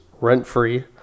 rent-free